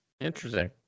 Interesting